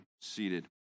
seated